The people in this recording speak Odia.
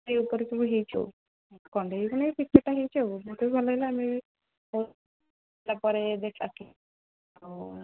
ସେଇ ଉପରେ ସବୁ ହେଇଛି ଆଉ କଣ୍ଢେଇ କ'ଣ ଏଇ ପିକ୍ଚର୍'ଟା ହେଇଛି ଆଉ ମୋତେ ବି ଭଲ ଲାଗିଲା ଆମେ ପରେ